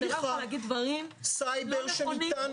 לא, אתה לא יכול להגיד דברים לא נכונים.